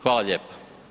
Hvala lijepo.